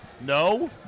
No